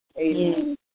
Amen